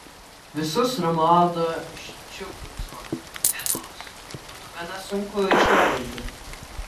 visus romualdo ščiucko titulus būtų gana sunku išvardinti